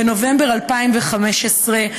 בנובמבר 2015,